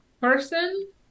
person